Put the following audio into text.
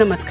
नमस्कार